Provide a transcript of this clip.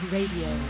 Radio